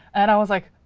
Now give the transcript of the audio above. and i was like,